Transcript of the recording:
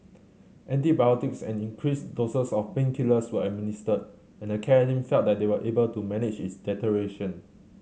antibiotics and increased doses of painkillers were administered and the care team felt they were able to manage its deterioration